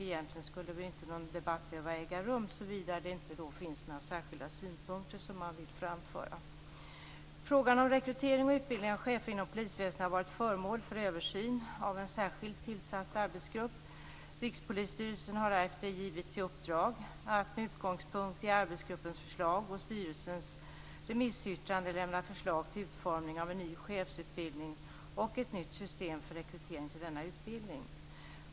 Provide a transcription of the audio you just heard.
Egentligen skulle väl inte någon debatt behöva äga rum, såvida det inte finns några särskilda synpunkter som man vill framföra. Frågan om rekrytering och utbildning av chefer inom polisväsendet har varit föremål för översyn av en särskilt tillsatt arbetsgrupp. Rikspolisstyrelsen har därefter givits i uppdrag att med utgångspunkt i arbetsgruppens förslag och styrelsens remissyttrande lämna förslag till utformning av en ny chefsutbildning och ett nytt system för rekrytering till denna utbildning.